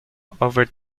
over